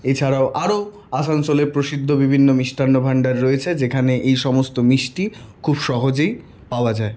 এছাড়াও আরও আসানসোলে প্রসিদ্ধ বিভিন্ন মিষ্টান্ন ভাণ্ডার রয়েছে যেখানে এই সমস্ত মিষ্টি খুব সহজেই পাওয়া যায়